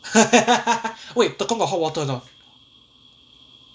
wait tekong got hot water not